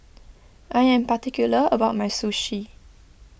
I am particular about my Sushi